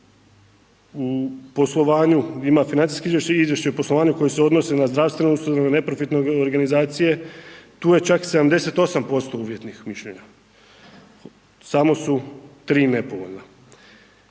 o poslovanju koji se odnose na zdravstvene ustanove, neprofitne organizacije, tu je čak 78% uvjetnih mišljenja, samo su tri nepovoljna